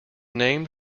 named